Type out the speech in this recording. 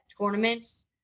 tournaments